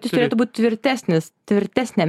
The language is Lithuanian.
turėtų būt tvirtesnis tvirtesnė